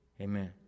Amen